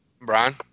Brian